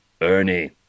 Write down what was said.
Ernie